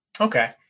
Okay